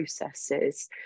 processes